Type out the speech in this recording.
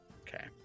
Okay